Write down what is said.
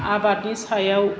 आबादनि सायाव